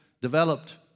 developed